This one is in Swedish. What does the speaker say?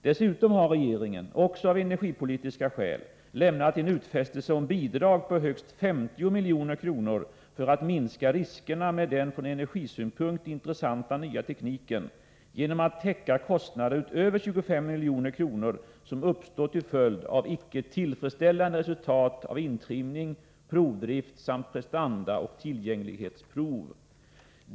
Dessutom har regeringen, också av energipolitiska skäl, lämnat en utfästelse om bidrag på högst 50 milj.kr. för att minska riskerna med den från energisynpunkt intressanta nya tekniken genom att täcka kostnader utöver 25 milj.kr. som uppstår till följd av icke tillfredsställande resultat av intrimning, provdrift samt prestanda och tillgänglighetsprov.